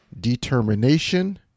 determination